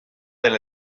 del